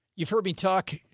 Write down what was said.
you've heard me talk.